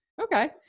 Okay